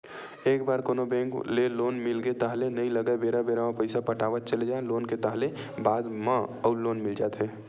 एक बार कोनो बेंक ले लोन मिलगे ताहले नइ लगय बेरा बेरा म पइसा पटावत चले जा लोन के ताहले बाद म अउ लोन मिल जाथे